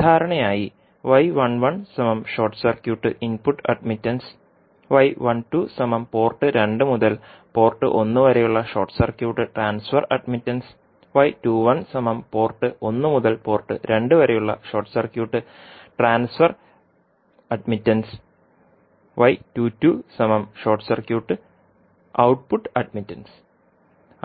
സാധാരണയായി • short circuit input admittance • port two മുതൽ port 1 വരെയുള്ള short circuit transfer admittance • port 1 മുതൽ പോർട്ട് 2 വരെയുള്ള short circuit transfer admittance • short circuit output admittance